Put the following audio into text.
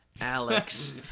Alex